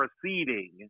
proceeding